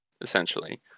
essentially